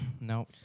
No